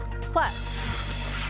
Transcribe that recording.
Plus